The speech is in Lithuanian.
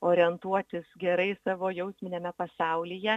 orientuotis gerai savo jausminiame pasaulyje